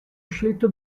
scelto